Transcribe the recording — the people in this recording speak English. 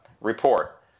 report